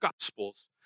Gospels